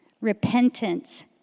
Repentance